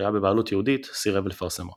שהיה בבעלות יהודית, סירב לפרסמו.